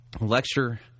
lecture